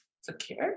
secure